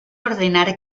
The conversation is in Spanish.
ordenar